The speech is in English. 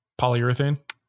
Polyurethane